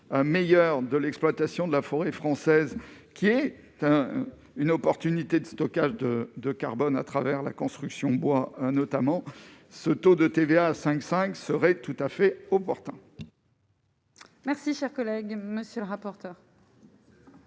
meilleur de l'exploitation de la forêt française qui est une opportunité de stockage de de carbone à travers la construction bois un notamment ce taux de TVA à 5 5 serait tout à fait opportun. Merci, chers collègues, monsieur le rapporteur.